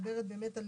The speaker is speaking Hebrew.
מדברת על